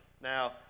Now